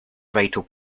vital